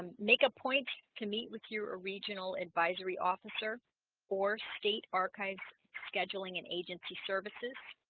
um make a point to meet with your regional advisory officer or state archives scheduling and agency services